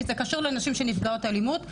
כי זה קשור לנשים שהן נפגעות אלימות,